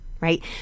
right